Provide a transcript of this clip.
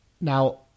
Now